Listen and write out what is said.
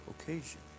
occasion